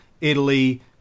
Italy